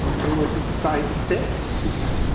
oooh it's excit. sit!